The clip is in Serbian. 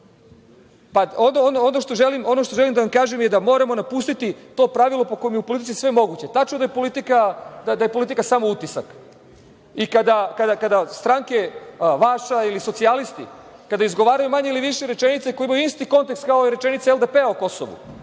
Ono što želim da vam kažem je da moramo napustiti to pravilo po kome je u politici sve moguće. Tačno je da je politika samo utisak i kada stranke vaša ili socijalisti izgovaraju manje ili više rečenice koje imaju isti kontekst kao i rečenice LDP o Kosovu,